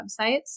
websites